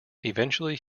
eventually